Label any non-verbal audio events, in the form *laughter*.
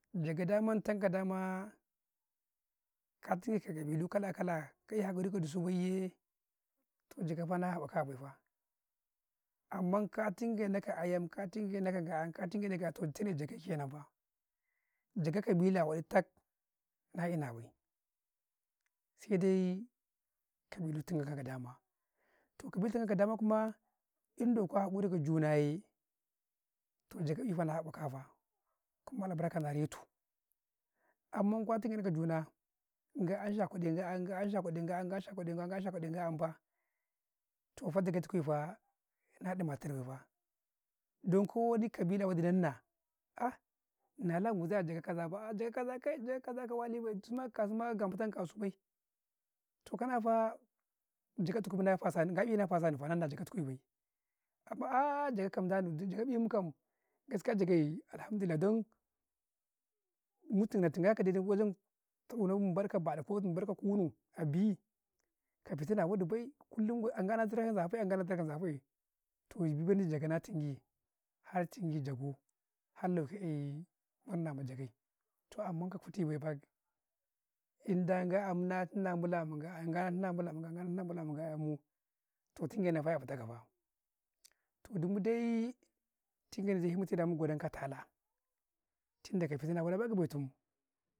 jaga daman tan ka da maa ka tige tu tabi'u kala-kala ka eh hakuri ka du su bay yee, toh jag ga na haba ka bai faa, amman ka tunge nau ka ayam ka tunge nau kan ga'yan, kattun ge faa, jaga kabila wa1i tak, na na'ina bay, sai daii, ka mendi di ma kau ma dama, toh ka bay, ta kau ka dama kumaa, in do ka hakura ka juna yee, toh jaga'ifa na haba kafa, kuma ba bar kan gare tu, amman kwa tunge ni ka juna, ga anshakwale a yen, ga'an shakwala ayen, ga sh kwa be ayen faa, toh fa jaga tuku faa, nabi ma tiri ai baa fa, dan ko wani kabila wadi, nan nah, ah nala guzai, a jaga kaza, ah ja ga kai jaga kaza ka wali bay, dusu ma ga matun nau kasu bay, to faa, jaga katu, ga'i na fasu Nni, na n na ja gatu ku bay, amma a'ah kam, da Nni, ni kam jire ja gay, alhaamdullahi, dan mutum tun ga gau wajen tadunau bar'ka balu ko ka barka kunu'i ka fiti na wa1i bay, kullum ka zafa nau na zirau eh, toh ben mendi jogau na tunge, har tungi jagoo, da gu har lauke eh murna ma ja gay, toh amman ka kuti bay fa, inda ga an na tuna bula ma ga'an, ga an na tuna bulama ga'an moo, toh, tunge nau ya2i ta kau faa, to du muu dai zai mun godan kau a ta'alah, *noise* tun da ka fiti na ma wali bay, ka bai tum mun.